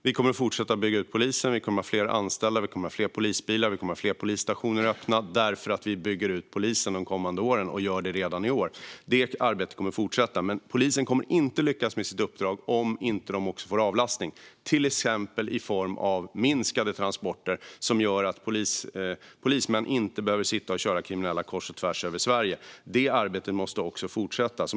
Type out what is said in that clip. Fru talman! Vi kommer att fortsätta att bygga ut polisen. Vi kommer att ha fler anställda, fler polisbilar och fler polisstationer öppna eftersom vi bygger ut polisen i år och kommande år. Detta arbete kommer att fortsätta. Polisen kommer dock inte att lyckas med sitt uppdrag om man inte får avlastning, till exempel i form av färre transporter. Polismän ska inte behöva sitta och köra kriminella kors och tvärs över Sverige. Detta arbete måste också fortsätta.